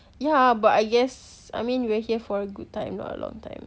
ya but I guess I mean we're here for a good time not a long time